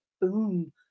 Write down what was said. Boom